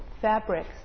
fabrics